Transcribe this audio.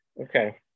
Okay